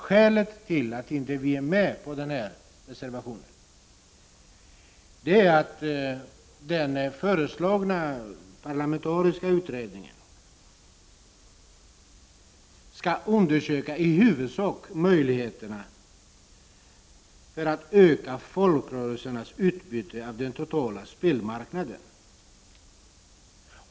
Skälet till att vi inte är med på den reservationen är att den föreslagna parlamentariska utredningen i huvudsak skulle undersöka möjligheterna att öka folkrörelsernas utbyte av den totala spelmarknaden.